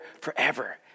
forever